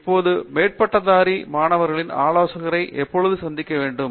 இப்போது மேற்பட்டதாரி மாணவரின் ஆலோசகரை எப்பொழுது சந்திக்க வேண்டும்